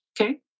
Okay